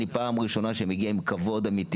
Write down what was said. אני פעם ראשונה שמגיע עם כבוד אמיתי